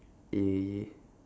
yeah yeah